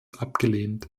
abgelehnt